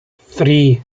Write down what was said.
three